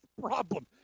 Problem